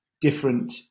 different